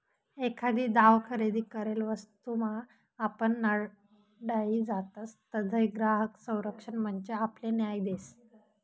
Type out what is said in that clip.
एखादी दाव खरेदी करेल वस्तूमा आपण नाडाई जातसं तधय ग्राहक संरक्षण मंच आपले न्याय देस